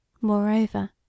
Moreover